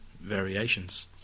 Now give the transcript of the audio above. variations